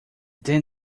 then